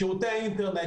שירותי האינטרנט,